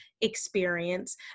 experience